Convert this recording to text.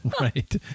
Right